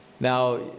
Now